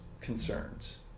concerns